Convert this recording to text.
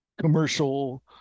commercial